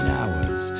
hours